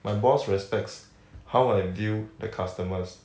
my boss respects how I view the customers